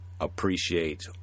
appreciate